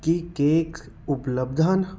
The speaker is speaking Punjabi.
ਕੀ ਕੇਕ ਉਪਲੱਬਧ ਹਨ